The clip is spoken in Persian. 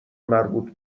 مربوط